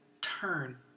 turn